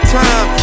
time